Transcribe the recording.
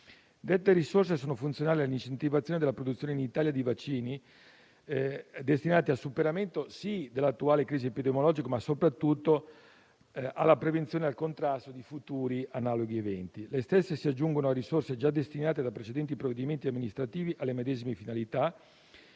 Dette risorse sono funzionali all'incentivazione della produzione in Italia di vaccini destinati, sì, al superamento dell'attuale crisi epidemiologica, ma soprattutto alla prevenzione e al contrasto di futuri analoghi eventi. Le stesse si aggiungono a risorse già destinate da precedenti provvedimenti amministrativi alle medesime finalità.